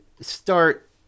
start